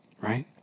right